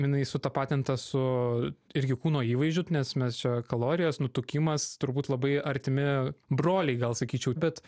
jinai sutapatinta su irgi kūno įvaizdžiu nes mes čia kalorijos nutukimas turbūt labai artimi broliai gal sakyčiau bet